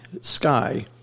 sky